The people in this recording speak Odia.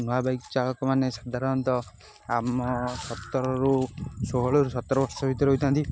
ନୂଆ ବାଇକ୍ ଚାଳକମାନେ ସାଧାରଣତଃ ଆମ ସତରରୁ ଷୋହଳରୁ ସତର ବର୍ଷ ଭିତରେ ହୋଇଥାନ୍ତି